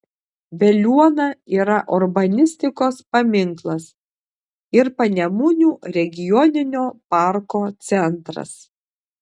veliuona yra urbanistikos paminklas ir panemunių regioninio parko centras